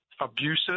abusive